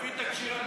לפי התקשי"ר,